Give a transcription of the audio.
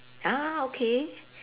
ah okay